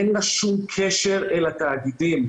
אין לה שום קשר אל התאגידים.